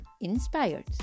inspired